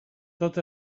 tot